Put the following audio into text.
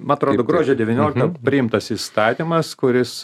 mat rodo gruodžio devynioliktą priimtas įstatymas kuris